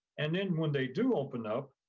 and then when they do open up,